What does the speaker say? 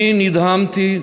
אני נדהמתי,